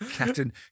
Captain